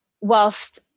whilst